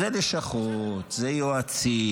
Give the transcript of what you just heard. זה לשכות, זה יועצים,